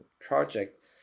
project